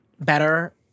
better